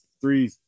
three